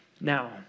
Now